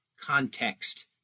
context